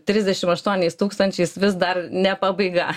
trisdešim aštuoniais tūkstančiais vis dar ne pabaiga